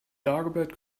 dagobert